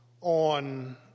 on